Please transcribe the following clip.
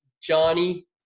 Johnny